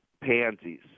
pansies